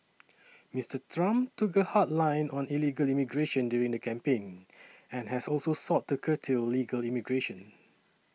Mister Trump took a hard line on illegal immigration during the campaign and has also sought to curtail legal immigration